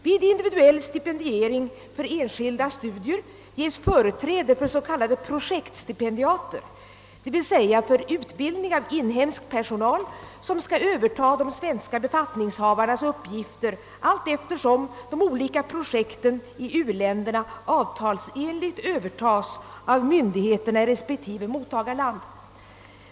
Vid individuell stipendiering för enskilda studier ges företräde för s.k. projektstipendiater, d.v.s. för utbildning av inhemsk personal som skall överta de svenska befattningshavarnas uppgifter allteftersom de olika projekten i u-länderna avtalsenligt övertas av myndigheterna i resp. mottagarland.